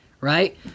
right